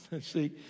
See